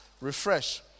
refresh